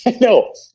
No